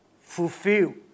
fulfill